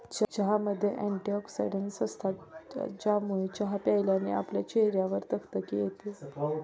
चहामध्ये अँटीऑक्सिडन्टस असतात, ज्यामुळे चहा प्यायल्याने आपल्या चेहऱ्यावर तकतकी येते